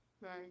Right